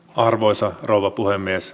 arvoisa rouva puhemies